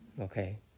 Okay